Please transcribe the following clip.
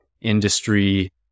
industry